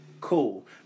cool